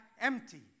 empty